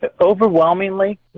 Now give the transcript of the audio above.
Overwhelmingly